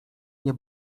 nie